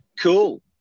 Cool